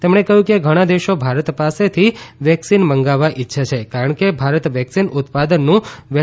તેમણે કહ્યું કે ઘણા દેશો ભારત પાસેથી વેકસીન મંગાવવા ઇચ્છે છે કારણ કે ભારત વેકસીન ઉત્પાદનનું વૈશ્વિક કેન્દ્ર છે